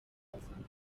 nelson